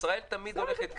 ישראל תמיד הולכת קדימה.